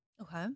Okay